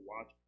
watch